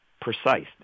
precise